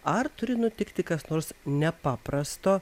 ar turi nutikti kas nors nepaprasto